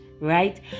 right